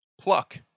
Pluck